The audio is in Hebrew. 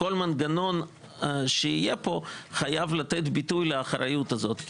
וכל מנגנון שיהיה פה חייב לתת ביטוי לאחריות הזאת.